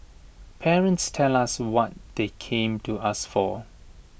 parents tell us what they came to us for